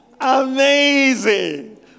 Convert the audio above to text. Amazing